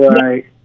Right